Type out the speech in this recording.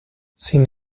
sin